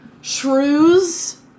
Shrews